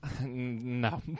No